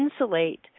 insulate